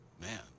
Man